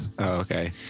okay